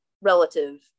relative